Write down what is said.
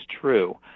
true